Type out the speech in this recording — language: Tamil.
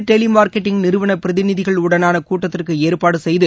டெலி மார்க்கெட்டிங் நிறுவன பிரதிநிதிகளுடனான கூட்டத்திற்கு ஏற்பாடு செய்து